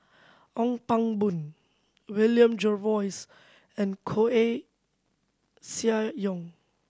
Ong Pang Boon William Jervois and Koeh Sia Yong